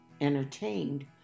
entertained